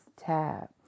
Tab